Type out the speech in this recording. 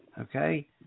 okay